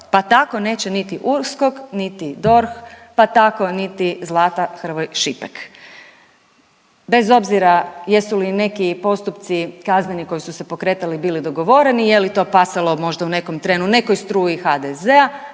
pa tako neće niti USKOK, niti DORH, pa tako niti Zlata Hrvoj Šipek bez obzira jesu li neki postupci kazneni koji su se pokretali bili dogovoreni, je li to pasalo možda u nekom trenu nekoj struji HDZ-a